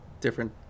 different